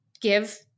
give